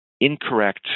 incorrect